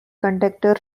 conductor